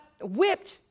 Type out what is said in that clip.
whipped